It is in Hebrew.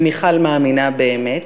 ומיכל מאמינה באמת,